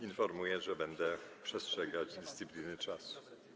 Informuję, że będę przestrzegać dyscypliny czasu.